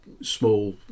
small